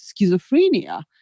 schizophrenia